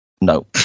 No